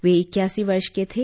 वे ईक्यासी वर्ष के थे